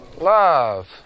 love